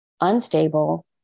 unstable